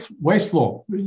wasteful